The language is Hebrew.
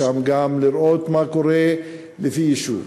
גם לראות מה קורה לפי יישוב,